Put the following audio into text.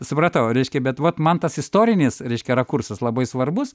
supratau reiškia bet vat man tas istorinis reiškia rakursas labai svarbus